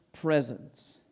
presence